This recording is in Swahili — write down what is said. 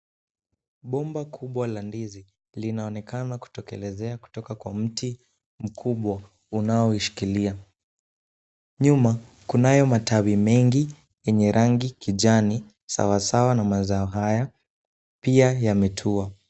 Bomba kubwa la ndizi linaonekana kutokelezea kutoka kwa mti mkubwa unaoishikilia. Nyuma, kunayo matawi mengi yenye rangi kijani sawasawa na mazao haya pia yametua.